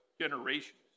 Generations